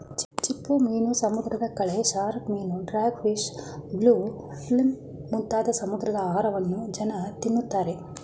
ಚಿಪ್ಪುಮೀನು, ಸಮುದ್ರದ ಕಳೆ, ಶಾರ್ಕ್ ಮೀನು, ಡಾಗ್ ಫಿಶ್, ಬ್ಲೂ ಫಿಲ್ಮ್ ಮುಂತಾದ ಸಮುದ್ರದ ಆಹಾರವನ್ನು ಜನ ತಿನ್ನುತ್ತಾರೆ